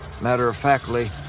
matter-of-factly